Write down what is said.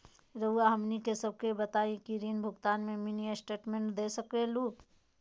रहुआ हमनी सबके बताइं ऋण भुगतान में मिनी स्टेटमेंट दे सकेलू?